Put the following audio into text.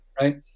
Right